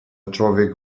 człowiek